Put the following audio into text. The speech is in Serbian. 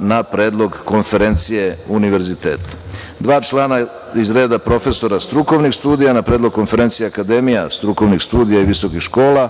na predlog konferencije univerziteta, dva člana iz reda profesora strukovnih studija, na predlog konferencije akademija strukovnih studija i visokih škola,